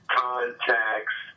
contacts